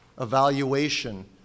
evaluation